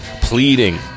pleading